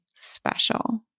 special